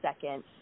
second